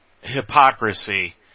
hypocrisy